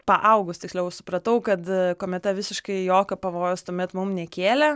paaugus tiksliau supratau kad kometa visiškai jokio pavojaus tuomet mum nekėlė